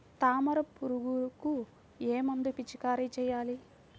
తామర పురుగుకు ఏ మందు పిచికారీ చేయాలి?